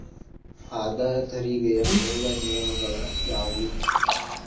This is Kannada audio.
ಆದಾಯ ತೆರಿಗೆಯ ಮೂಲ ನಿಯಮಗಳ ಯಾವು